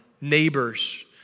Neighbors